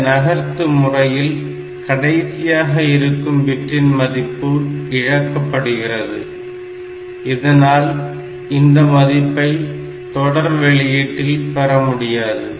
இந்த நகர்த்து முறையில் கடைசியாக இருக்கும் பிட்டின் மதிப்பு இழக்கப்படுகிறது இதனால் இந்த மதிப்பை தொடர் வெளியீட்டில் பெறமுடியாது